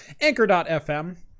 Anchor.fm